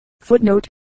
Footnote